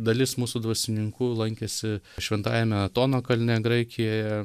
dalis mūsų dvasininkų lankėsi šventajame atono kalne graikijoje